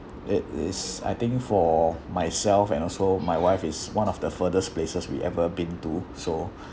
it is I think for myself and also my wife it's one of the furthest places we ever been too so